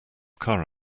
car